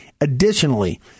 Additionally